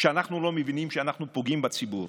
כשאנחנו לא מבינים שאנחנו פוגעים בציבור.